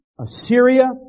Assyria